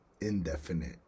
indefinite